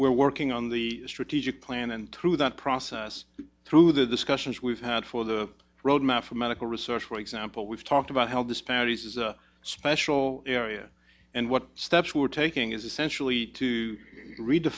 we're working on the strategic plan and through that process through the discussions we've had for the roadmap for medical research for example we've talked about health disparities as a special area and what steps we're taking is essentially to